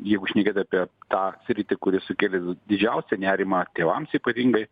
jeigu šnekėt apie tą sritį kuri sukelė didžiausią nerimą tėvams ypatingai